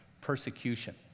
persecution